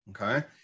Okay